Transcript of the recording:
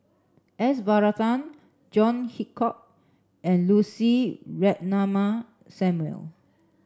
S Varathan John Hitchcock and Lucy Ratnammah Samuel